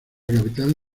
capital